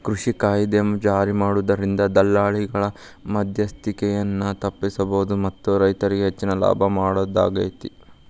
ಕೃಷಿ ಕಾಯ್ದೆ ಜಾರಿಮಾಡೋದ್ರಿಂದ ದಲ್ಲಾಳಿಗಳ ಮದ್ಯಸ್ತಿಕೆಯನ್ನ ತಪ್ಪಸಬೋದು ಮತ್ತ ರೈತರಿಗೆ ಹೆಚ್ಚಿನ ಲಾಭ ಮಾಡೋದಾಗೇತಿ